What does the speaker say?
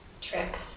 tricks